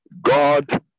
God